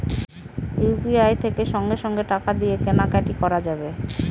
UPI থেকে সঙ্গে সঙ্গে টাকা দিয়ে কেনা কাটি করা যাবে